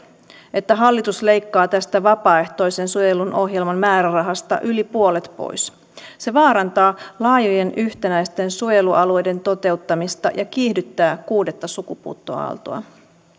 että hallitus leikkaa tästä vapaaehtoisen suojelun ohjelman määrärahasta yli puolet pois se vaarantaa laajojen yhtenäisten suojelualueiden toteuttamista ja kiihdyttää kuudetta sukupuuttoaaltoa